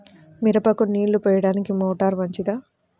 మిరపకు నీళ్ళు పోయడానికి మోటారు మంచిదా?